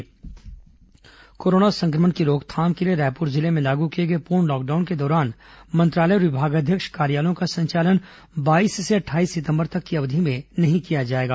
corona समाचार corona संक्रमण की रोकथाम के लिए रायपुर जिले में लागू किए गए पूर्ण लॉकडाउन के दौरान मंत्रालय और विभागाध्यक्ष कार्यालयों का संचालन बाईस से अट्ठाईस सितंबर तक की अवधि में नहीं किया जाएगा